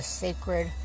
sacred